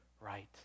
right